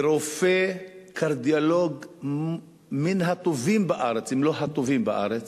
ורופא קרדיולוג מן הטובים בארץ, אם לא הטוב בארץ,